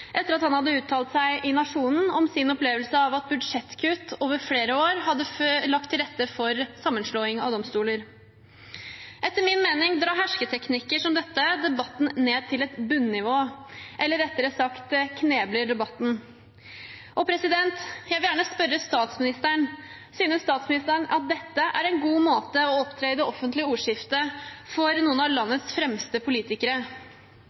etter at han hadde uttalt seg i Nationen 14. mai om sin opplevelse av at budsjettkutt over flere år hadde lagt til rette for sammenslåing av domstoler. Etter min mening drar hersketeknikker som dette debatten ned til et bunnivå – eller rettere sagt knebler den. Jeg vil gjerne spørre statsministeren: Synes statsministeren at dette er en god måte å opptre på i det offentlige ordskiftet for noen av landets fremste politikere?